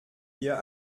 hier